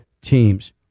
teams